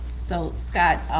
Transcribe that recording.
so scott,